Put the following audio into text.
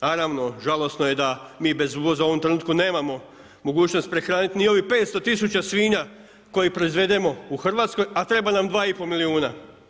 Naravno žalosno je da mi bez uvoza u ovom trenutku nemamo mogućnost prehraniti ni ovih 500 000 svinja kojih proizvedemo u Hrvatskoj a treba nam 2,5 milijuna.